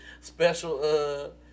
special